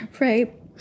right